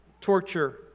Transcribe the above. torture